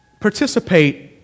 participate